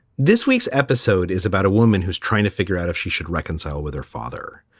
this week's episode is about a woman who's trying to figure out if she should reconcile with her father.